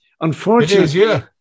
Unfortunately